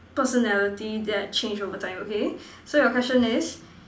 personality that change over time okay so your question is